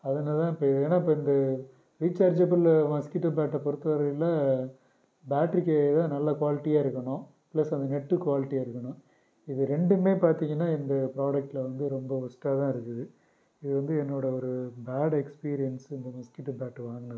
அதனால தான் இப்போ ஏன்னால் இப்போ இந்த ரீசார்ஜபிள் மஸ்கிட்டோ பேட்டை பொறுத்த வரையில் பேட்ரிக்கே தான் நல்ல குவாலிட்டியாக இருக்கணும் ப்ளஸ் அந்த நெட்டு குவாலிட்டியாக இருக்கணும் இது ரெண்டுமே பார்த்தீங்கன்னா இந்த ப்ராடக்ட்டில் வந்து ரொம்ப ஒர்ஸ்ட்டாக தான் இருக்குது இது வந்து என்னோடய ஒரு பேடு எக்ஸ்பீரியன்ஸ் இந்த மஸ்கிட்டோ பேட் வாங்கினதுல